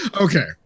Okay